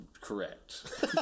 Correct